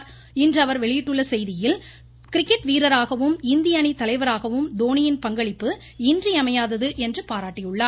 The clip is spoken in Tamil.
டிவிட்டரில் அவர் வெளியிட்டுள்ள செய்தியில் கிரிக்கெட் வீரராகவும் இந்திய அணித்தலைவராகவும் தோணியின் பங்களிப்பு இன்றியமையாதது என்று பாராட்டியுள்ளார்